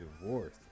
divorce